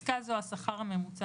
השכר הממוצע